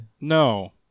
No